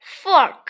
fork